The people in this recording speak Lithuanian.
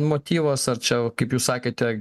motyvas ar čia kaip jūs sakėte